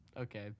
Okay